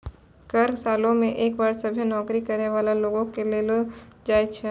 कर सालो मे एक बार सभ्भे नौकरी करै बाला लोगो से लेलो जाय छै